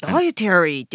Dietary